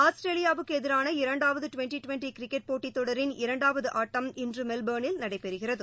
ஆஸ்திரேலியாவுக்குஎதிரான இரண்டாவதுடுவெண்டி டுவெண்டுகிரிக்கெட் போட்டித் தொடரின் இரண்டாவதுஆட்டம் இன்றுமெல்போா்னில் நடைபெறுகிறது